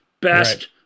Best